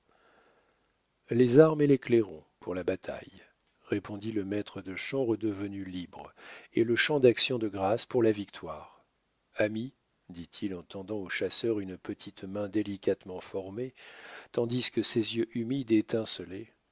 les armes et les clairons pour la bataille répondit le maître de chant redevenu libre et le chant d'actions de grâces pour la victoire ami dit-il en tendant au chasseur une petite main délicatement formée tandis que ses yeux humides